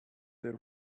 there